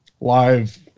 live